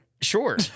Sure